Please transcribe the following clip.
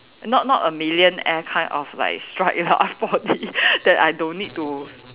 not not a millionaire kind of like strike you know four D that I don't need to